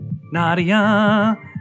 Nadia